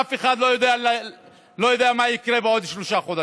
אף אחד לא יודע מה יקרה בעוד שלושה חודשים,